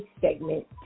segment